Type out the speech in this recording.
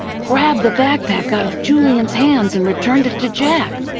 grabbed the backpack out of julian's hands and returned it to jack.